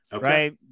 Right